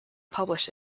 publish